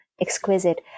exquisite